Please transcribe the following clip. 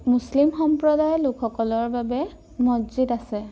মুছলিম সম্প্ৰদায়ৰ লোকসকলৰ বাবে মছজিদ আছে